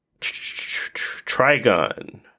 Trigon